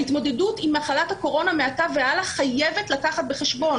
ההתמודדות עם מחלת הקורונה מעתה והלאה חייבת להביא בחשבון